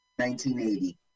1980